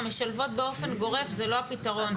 המשלבות באופן גורף זה לא הפתרון,